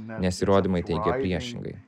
nes įrodymai teigia priešingai